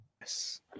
Yes